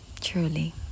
truly